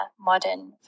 modern